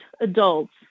adults